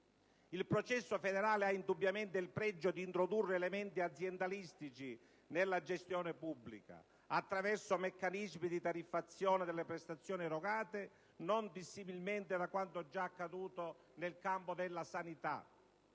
Il processo federale ha indubbiamente il pregio di introdurre elementi aziendalistici nella gestione pubblica, attraverso meccanismi di tariffazione delle prestazioni erogate, non dissimilmente da quanto già accaduto nel campo della sanità.